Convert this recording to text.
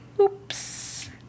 Oops